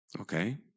okay